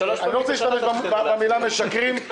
רוצה להשתמש במילה משקרים,